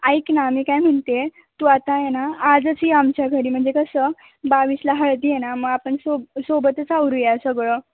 ऐक ना मी काय म्हणते आहे तू आता आहे ना आजच ये आमच्या घरी म्हणजे कसं बावीसला हळदी आहे ना मग आपण सोब सोबतच आवरु या सगळं